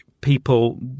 people